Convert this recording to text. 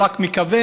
רק היא מכוונת,